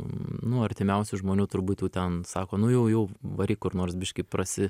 nu artimiausių žmonių turbūt jau ten sako nu jau jau varyk kur nors biškį prasi